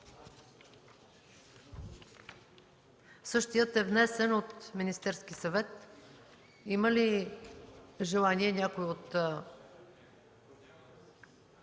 Същият е внесен от Министерския съвет. Има ли желание някой от